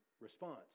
response